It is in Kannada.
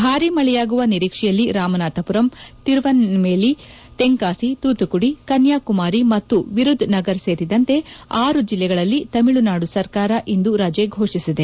ಭಾರಿ ಮಳೆಯಾಗುವ ನಿರೀಕ್ಷೆಯಲ್ಲಿ ರಾಮನಾಥಪುರಂ ತಿರುನೆಲ್ವೆಲಿ ತೆಂಕಾಸಿ ತೂತುಕುದಿ ಕನ್ನಾಕುಮಾರಿ ಮತ್ತು ವಿರುಧುನಗರ್ ಸೇರಿದಂತೆ ಆರು ಜಿಲ್ಲೆಗಳಲ್ಲಿ ತಮಿಳುನಾಡು ಸರ್ಕಾರ ಇಂದು ರಜೆ ಘೋಷಿಸಿದೆ